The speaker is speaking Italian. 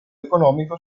economico